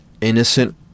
innocent